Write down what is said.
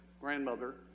grandmother